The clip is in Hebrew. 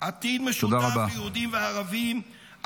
-- עתיד משותף ליהודים וערבים,